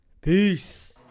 Peace